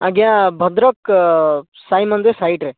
ଆଜ୍ଞା ଭଦ୍ରକ ସାଇ ମନ୍ଦିର ସାଇଟ୍ରେ